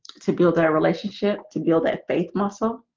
to build our relationship to build that faith muscle